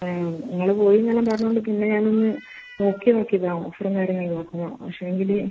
ആ നിങ്ങൾ പോയി എന്നെല്ലാം പറഞ്ഞത് കൊണ്ട് പിന്നെ ഞാൻ ഒന്ന് നോക്കി നോക്കിയതാണ് ഓഫറും കാര്യങ്ങൾ നോക്കുമ്പോൾ പക്ഷേ എങ്കിൽ